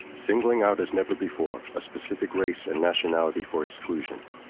singling out as never before a specific race and nationality for exclusion,